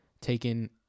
taken